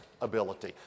ability